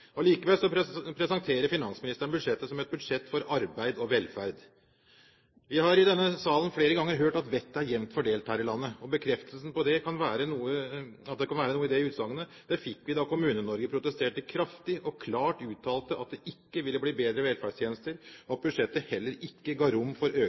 Allikevel presenterer finansministeren budsjettet som et budsjett for arbeid og velferd. Vi har i denne salen flere ganger hørt at vettet er jevnt fordelt her i landet. Bekreftelsen på at det kan være noe i det utsagnet, fikk vi da Kommune-Norge protesterte kraftig og klart uttalte at det ikke ville bli bedre velferdstjenester, at budsjettet heller ikke ga rom for